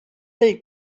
del